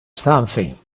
something